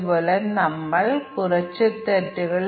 ഇവിടെ ഞങ്ങൾ അവരെ പരിഗണിക്കില്ല